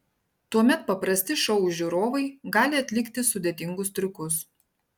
tuomet paprasti šou žiūrovai gali atlikti sudėtingus triukus